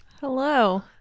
Hello